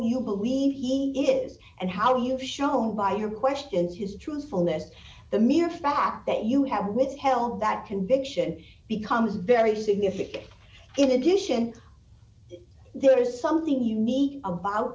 you believe he is and how you've shown by your questions his truthfulness the mere fact that you have withheld that conviction becomes very significant in addition there is something unique about